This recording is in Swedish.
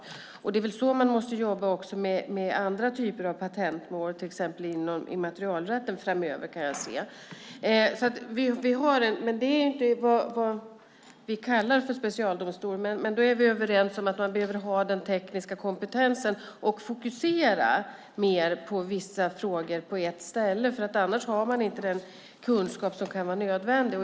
Det är väl så man såvitt jag kan se måste jobba också med andra typer av patentmål framöver, till exempel inom immaterialrätten. Det är inte vad vi kallar specialdomstolar. Men vi är då överens om att man behöver ha den tekniska kompetensen och fokusera mer på vissa frågor på ett ställe, för annars har man inte den kunskap som kan vara nödvändig.